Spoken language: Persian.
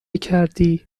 کردی